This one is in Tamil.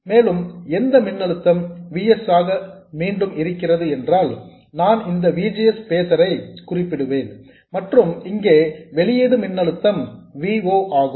மேலும் எந்த மின்னழுத்தம் V G S ஆக மீண்டும் இருக்கிறது என்றால் நான் இந்த V G S பேசர் ஐ குறிப்பிடுவேன் மற்றும் இங்கே வெளியீடு மின்னழுத்தம் V o ஆகும்